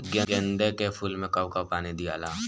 गेंदे के फूल मे कब कब पानी दियाला?